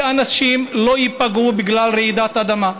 שאנשים לא ייפגעו בגלל רעידת אדמה,